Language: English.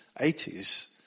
80s